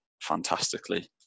fantastically